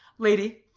lady,